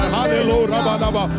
Hallelujah